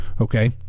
Okay